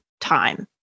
time